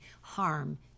harm